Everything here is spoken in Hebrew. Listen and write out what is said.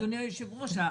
אדוני היושב-ראש,